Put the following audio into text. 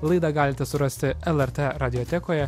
laidą galite surasti lrt radiotekoje